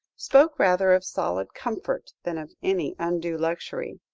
spoke rather of solid comfort, than of any undue luxury.